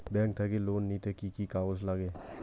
Bank থাকি loan নিতে কি কি কাগজ নাগে?